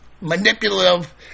manipulative